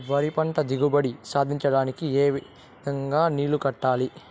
వరి పంట దిగుబడి సాధించడానికి, ఏ విధంగా నీళ్లు కట్టాలి?